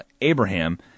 Abraham